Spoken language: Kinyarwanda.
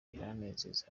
biranezeza